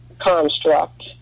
construct